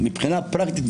מבחינה פרקטית,